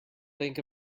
think